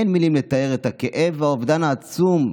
אין מילים לתאר את הכאב והאובדן העצום.